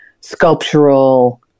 sculptural